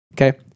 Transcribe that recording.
Okay